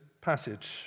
passage